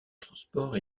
transport